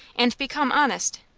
and become honest.